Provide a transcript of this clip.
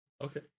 Okay